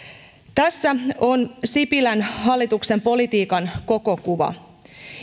tässä on sipilän hallituksen politiikan koko kuva